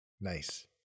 Nice